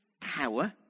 power